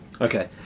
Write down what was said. Okay